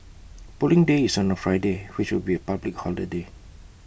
Polling Day is on A Friday which will be A public holiday